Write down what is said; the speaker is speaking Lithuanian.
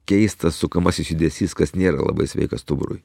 keistas sukamasis judesys kas nėra labai sveika stuburui